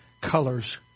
colors